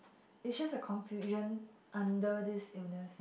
it's just a confusion under this illness